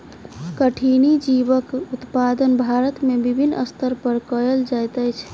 कठिनी जीवक उत्पादन भारत में विभिन्न स्तर पर कयल जाइत अछि